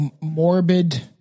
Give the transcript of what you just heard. morbid